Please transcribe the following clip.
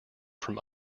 from